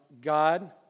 God